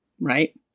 right